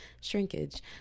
shrinkage